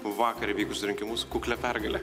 vakar vykusius rinkimus kuklia pergale